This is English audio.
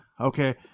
okay